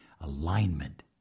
alignment